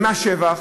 ממס שבח.